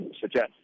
suggest